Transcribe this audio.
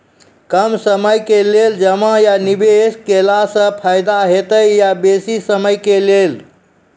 कम समय के लेल जमा या निवेश केलासॅ फायदा हेते या बेसी समय के लेल?